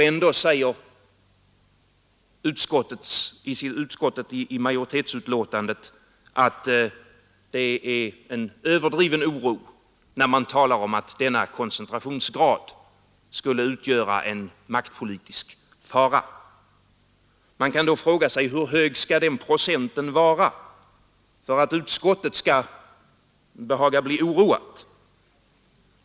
Ändå säger utskottets majoritet i sitt betänkande att det är en överdriven oro när man talar om att denna koncentrationsgrad skulle utgöra en maktpolitisk fara. Man kan då fråga sig: Hur hög skall den procenten vara för att utskottet skall behaga bli oroat?